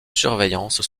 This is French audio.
surveillance